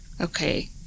Okay